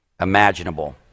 imaginable